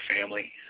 family